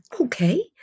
Okay